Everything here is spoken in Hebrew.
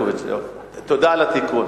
תודה על התיקון.